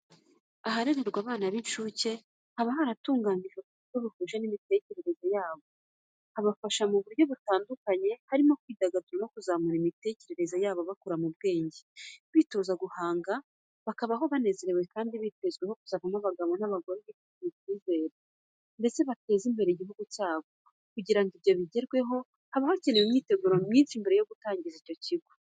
Aharererwa abana b'incuke haba haratunganijwe ku buryo buhuje n'imitekerereze yabo, habafasha mu buryo butandukanye, harimo kwidagadura no kuzamura imitekerereze yabo bakura mu bwenge, bitoza guhanga, bakabaho banezerewe kandi bitezweho kuzavamo abagabo n'abagore bifitiye icyizere, ndetse bateza imbere igihugu cyabo, kugira ngo ibyo bigerweho haba hakenewe imyiteguro myinshi mbere yo gutangiza ikigo nk'icyo.